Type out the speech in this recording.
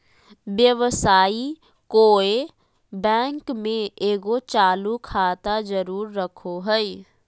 व्यवसायी कोय बैंक में एगो चालू खाता जरूर रखो हइ